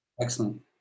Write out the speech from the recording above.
Excellent